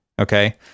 okay